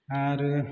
आरो